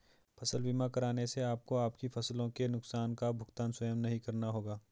फसल बीमा कराने से आपको आपकी फसलों के नुकसान का भुगतान स्वयं नहीं करना होगा